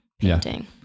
painting